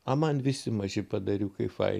a man visi maži padariukai fai